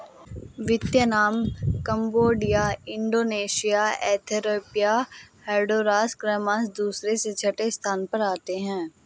Vietnam Cambodia Indonesia Ethiopia Honduras क्रमशः दूसरे से छठे स्थान पर आते हैं